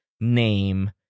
name